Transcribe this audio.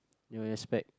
in respect